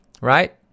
right